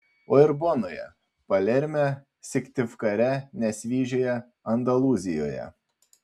o ir bonoje palerme syktyvkare nesvyžiuje andalūzijoje